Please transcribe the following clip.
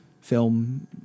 film